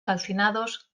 calcinados